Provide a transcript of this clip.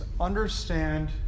understand